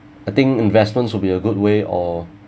I think investments should be a good way or